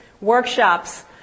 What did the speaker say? workshops